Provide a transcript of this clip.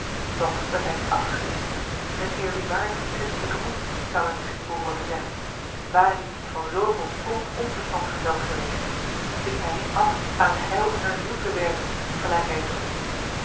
toch werd hij niet afgeschrikt met eerbiedwaardigen christelijken moed zou men misschien behooren te zeggen ware die niet van zooveel plomp onverstand verzeld geweest liet hij niet af aan het heil hunner ziel te werken gelijk hij het noemde